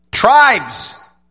Tribes